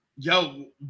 Yo